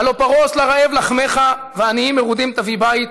הלוא פרֹס לרעב לחמך ועניים מרודים תביא בית